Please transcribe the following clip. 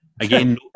Again